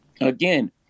again